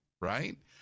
Right